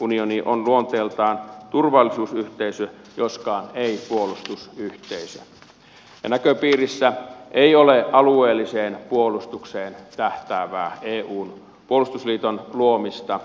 unioni on luonteeltaan turvallisuusyhteisö joskaan ei puolustusyhteisö ja näköpiirissä ei ole alueelliseen puolustukseen tähtäävää eun puolustusliiton luomista